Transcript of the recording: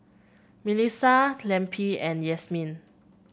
Melisa Lempi and Yasmine